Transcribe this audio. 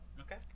Okay